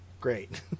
Great